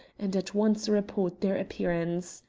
and at once report their appearance.